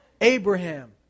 Abraham